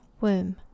womb